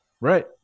Right